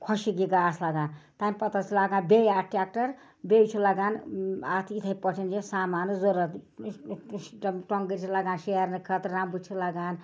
خۄشِک یہِ گاسہٕ لَگان تَمہِ پتہٕ حظ لاگان بیٚیہِ اَتھ ٹیکٹَر بیٚیہِ چھِ لَگان اَتھ یِتھَے پٲٹھۍ یہِ سامانہٕ ضوٚرَتھ ٹۄنٛگٕرۍ چھِ لگان شیرٕنَہ خٲطرٕ رمبہٕ چھِ لَگان